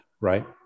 right